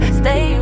stay